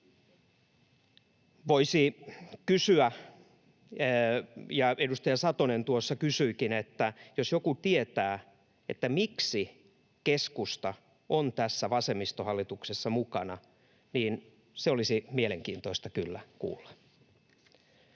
Voisi kysyä — ja edustaja Satonen tuossa kysyikin — tietääkö joku, miksi keskusta on tässä vasemmistohallituksessa mukana. Se olisi mielenkiintoista kyllä kuulla.